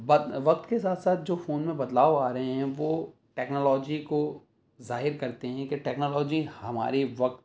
وقت کے ساتھ ساتھ جو فون میں بدلاؤ آ رہے ہیں وہ ٹیکنالوجی کو ظاہر کرتے ہیں کہ ٹیکنالوجی ہماری وقت